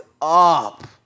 up